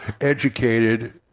Educated